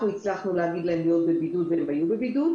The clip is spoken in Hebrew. הצלחנו להגיד להם להיות בבידוד והם אכן היו בבידוד,